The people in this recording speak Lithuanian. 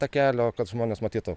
takelio kad žmonės matytų